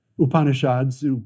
Upanishads